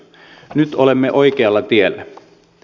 nyt olemme oikealla tiellä